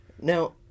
now